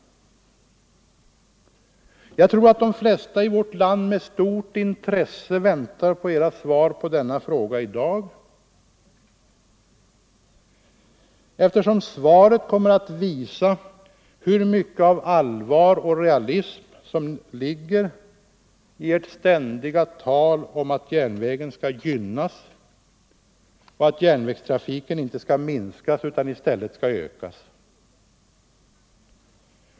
Jag tror att de flesta i vårt land med stort intresse väntar på ert svar på denna fråga i dag, eftersom svaret kommer att visa hur mycket av allvar och realism det ligger i ert ständiga 93 tal om att järnvägen skall gynnas och att järnvägstrafiken inte skall minskas utan i stället ökas.